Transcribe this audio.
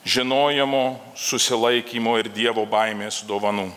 žinojimo susilaikymo ir dievo baimės dovanų